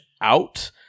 out